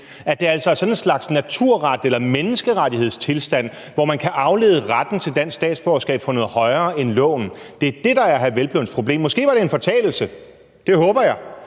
det altså er sådan en slags naturret eller menneskerettighedstilstand, hvor man kan aflede retten til dansk statsborgerskab fra noget højere end loven. Det er det, der er hr. Peder Hvelplunds problem. Måske var det en fortalelse. Det håber jeg,